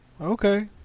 Okay